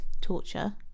torture